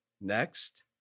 Next